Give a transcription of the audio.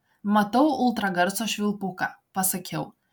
matau ultragarso švilpuką pasakiau